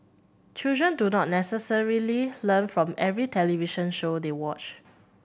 children do not necessarily learn from every television show they watch